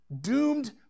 doomed